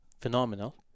phenomenal